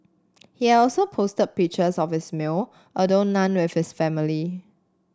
he also posted pictures of his meal although none with his family